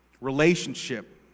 relationship